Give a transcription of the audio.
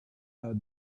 had